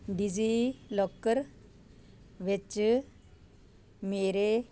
DigiLocker ਵਿੱਚ ਮੇਰੇ